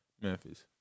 Memphis